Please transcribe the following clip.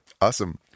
Awesome